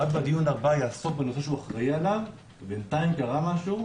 כבר בדיון הבא יעסוק בנושא שהוא אחראי עליו ובינתיים קרה משהו,